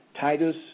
Titus